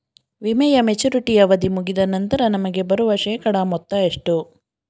ವಿಮೆಯ ಮೆಚುರಿಟಿ ಅವಧಿ ಮುಗಿದ ನಂತರ ನಮಗೆ ಬರುವ ಶೇಕಡಾ ಮೊತ್ತ ಎಷ್ಟು?